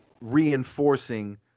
reinforcing